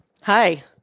Hi